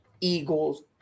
Eagles